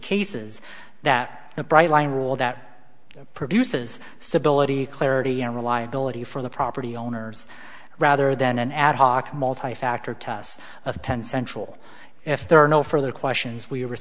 cases that a bright line rule that produces stability clarity and reliability for the property owners rather than an ad hoc multi factor test of penn central if there are no further questions we